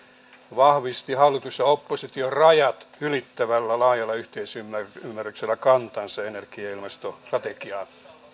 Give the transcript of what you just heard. vahvisti hallitus oppositio rajat ylittävällä laajalla yhteisymmärryksellä kantansa energia ja ilmastostrategiaan